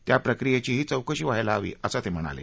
त्या प्रक्रियेचीही चौकशी व्हायला हवी असं ते म्हणाले